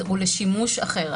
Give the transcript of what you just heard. הוא לשימוש אחר,